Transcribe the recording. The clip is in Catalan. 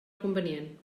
convenient